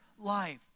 life